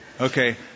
Okay